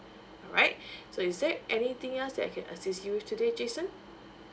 alright so is there anything else that I can assist you with today jason